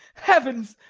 heavens!